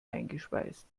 eingeschweißt